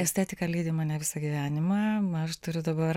estetika lydi mane visą gyvenimą aš turiu dabar